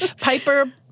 Piper